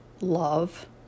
love